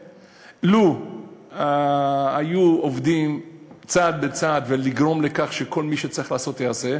לו היו עובדים צעד-צעד כדי לגרום לכך שכל מי שצריך לעשות יעשה,